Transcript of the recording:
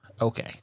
okay